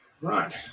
Right